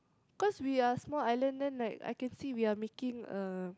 cause we are small island then like I can see we're making uh